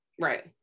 Right